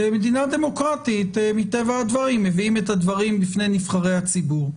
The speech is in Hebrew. במדינה דמוקרטית מטבע הדברים מביאים את הדברים בפני נבחרי הציבור,